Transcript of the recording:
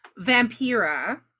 Vampira